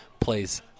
plays